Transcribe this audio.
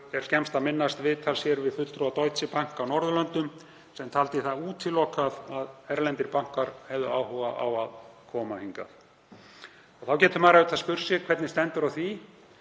er skemmst að minnast viðtals við fulltrúa Deutsche Bank á Norðurlöndum sem taldi það útilokað að erlendir bankar hefðu áhuga á að koma hingað. Þá getur maður spurt: Hvernig stendur á því